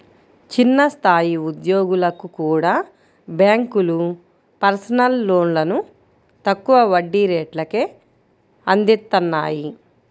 చిన్న స్థాయి ఉద్యోగులకు కూడా బ్యేంకులు పర్సనల్ లోన్లను తక్కువ వడ్డీ రేట్లకే అందిత్తన్నాయి